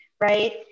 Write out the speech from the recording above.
right